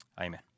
Amen